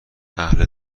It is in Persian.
اهل